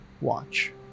watch